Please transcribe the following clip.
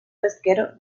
pesquero